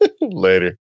Later